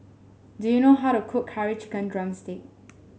do you know how to cook Curry Chicken drumstick